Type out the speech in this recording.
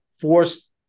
forced